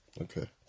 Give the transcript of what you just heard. okay